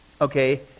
Okay